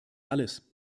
alles